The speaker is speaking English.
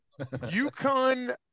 uconn